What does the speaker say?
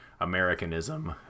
americanism